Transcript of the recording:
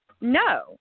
No